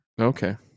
Okay